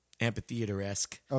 Amphitheater-esque